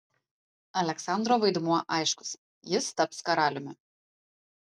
aleksandro vaidmuo aiškus jis taps karaliumi